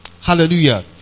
Hallelujah